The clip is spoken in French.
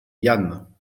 ian